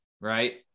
Right